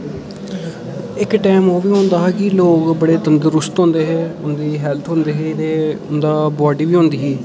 इक टाइम ओह् बी होंदा हा कि लोक तंदरुस्त होंदे हे उं'दी हैल्थ होंदी ही ते बॉड्डी बी होंदी ही